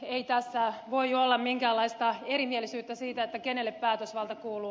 ei tässä voi olla minkäänlaista erimielisyyttä siitä kenelle päätösvalta kuuluu